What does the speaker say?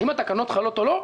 האם התקנות חלות או לא?